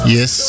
Yes